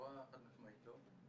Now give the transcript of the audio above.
התשובה היא: חד-משמעית, לא.